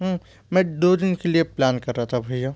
मैं दो दिन के लिए प्लान कर रहा था भैया